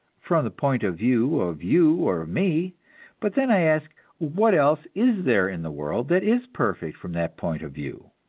from the point of view of you or me but then, i ask, what else is there in the world that is perfect from that point of view?